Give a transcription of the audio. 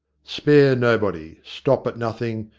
spare nobody, stop at nothing,